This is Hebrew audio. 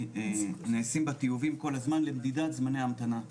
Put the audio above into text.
ונעשים בה טיובים כל הזמן למדידת זמני המתנה.